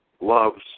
loves